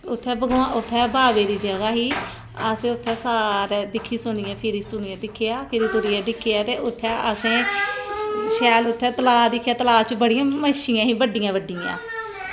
इत्थें बावे दी जगह ऐही अस इत्थें सारे दिक्खी सुनियै फिरियै ते फिरी फिरियै दिक्खेआ ते उत्थें अस शैल उत्थें तलाऽ दिक्खेआ ते तलाऽ च बड़ी मच्छियां हियां बड्डी बड्डियां